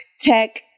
Tech